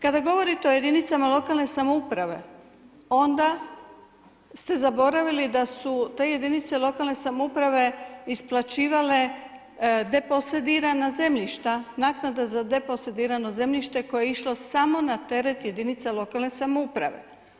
Kada govorite o jedinicama lokalne samouprave, onda ste zaboravili da su te jedinice lokalne samouprave isplaćivale deposedirana zemljišta, naknada za deposedirano zemljište koje je išlo samo na teret jedinica lokalne samouprave.